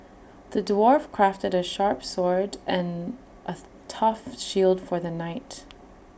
the dwarf crafted A sharp sword and A tough shield for the knight